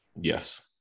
Yes